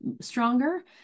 stronger